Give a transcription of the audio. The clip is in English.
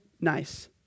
nice